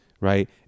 right